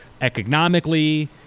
economically